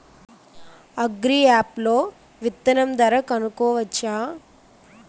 Agri app లో విత్తనం ధర కనుకోవచ్చా?